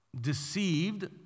deceived